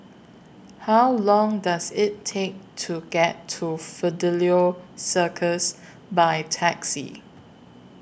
How Long Does IT Take to get to Fidelio Circus By Taxi